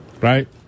Right